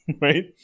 right